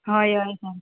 हय हय सांग